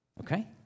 Okay